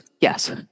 yes